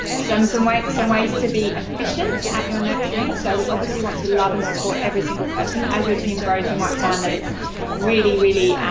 some some like ways to be efficient at your nurturing, so we obviously want to love and support every single person. as your team grows, you might find that it's really, really